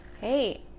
hey